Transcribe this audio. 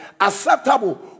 acceptable